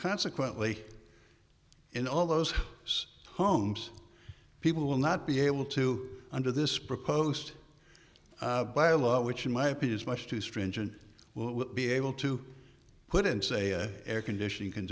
consequently in all those homes people will not be able to under this proposed by a law which in my opinion is much too stringent will be able to put in say air conditioning